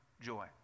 joy